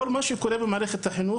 כל מה שקורה במערכת החינוך,